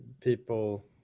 people